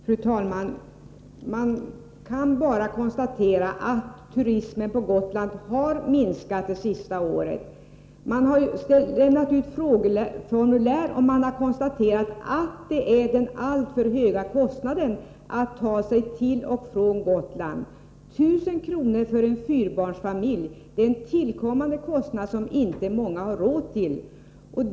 Fru talman! Vi kan konstatera att turismen på Gotland har minskat det senaste året. Man har lämnat ut frågeformulär, och svaren visar att det är den alltför höga kostnaden för att ta sig till och från Gotland som är en orsak. 1 000 kr. för en fyrabarnsfamilj är en tillkommande kostnad som inte många har råd med.